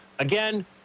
Again